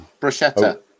bruschetta